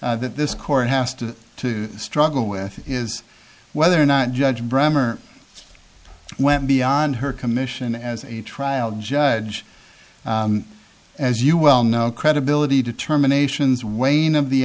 that this court has to to struggle with is whether or not judge bremmer went beyond her commission as a trial judge as you well know credibility determinations weighing of the